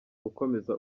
gukomeza